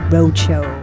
Roadshow